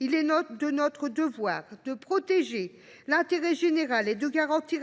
Il est de notre devoir de protéger l’intérêt général et de garantir